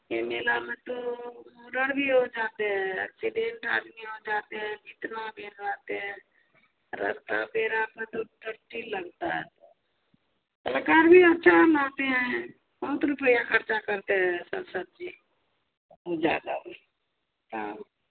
यह मेला में तो भी हो जाते है एक्सीडेंट आदमी हो जाते है इतना भीड़ रहते है रास्ता पेड़ा पर तो लगता है तो भी अच्छा है रुपैया खर्चा करते है